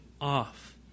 off